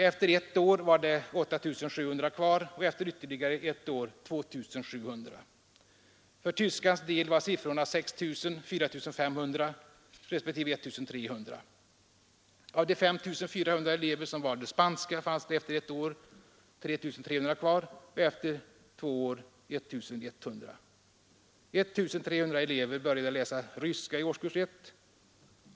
Efter ett år var det 8 700 kvar och efter ytterligare ett år 2 700. För tyskans del var siffrorna 6 000, 4 500 respektive 1 300. Av de 5 400 elever som valde spanska fanns det efter ett år 3 300 kvar och efter två år 1 100. 1 300 elever började läsa ryska i årskurs 1.